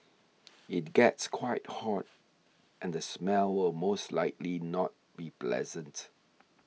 it gets quite hot and the smell will most likely not be pleasant